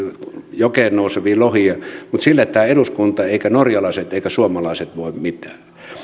jokeen nouseviin lohiin mutta sille ei tämä eduskunta eivätkä norjalaiset eivätkä suomalaiset voi mitään